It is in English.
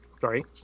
Sorry